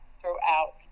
throughout